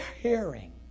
hearing